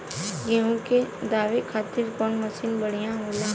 गेहूँ के दवावे खातिर कउन मशीन बढ़िया होला?